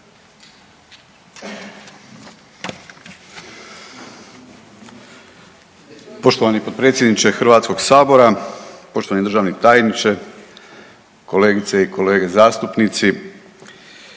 poštovani potpredsjedniče Sabora, poštovani državni tajniče, kolegice i kolege. Mislim